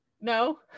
no